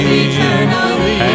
eternally